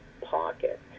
pocket